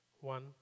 One